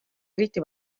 eriti